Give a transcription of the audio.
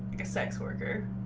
the sex worker